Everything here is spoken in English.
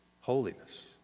holiness